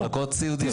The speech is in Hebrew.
אתם